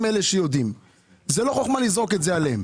אלה שיודעים; זו לא חוכמה לזרוק את זה עליהם.